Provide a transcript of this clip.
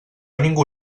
ningú